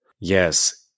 Yes